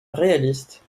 réaliste